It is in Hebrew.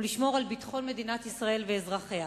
לשמור על ביטחון מדינת ישראל ואזרחיה.